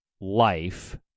life